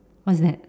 what's that